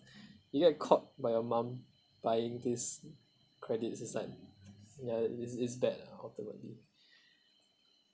you get caught by your mum buying this credit is like ya it's it's bad ah ultimately